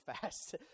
fast